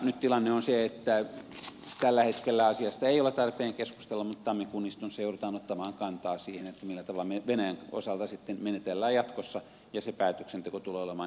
nyt tilanne on se että tällä hetkellä asiasta ei ole tarpeen keskustella mutta tammikuun istunnossa joudutaan ottamaan kantaa siihen millä tavalla me venäjän osalta sitten menettelemme jatkossa ja se päätöksenteko tulee olemaan erittäin vaikeata